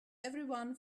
everyone